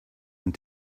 than